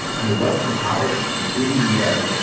and the western powers, including the u s,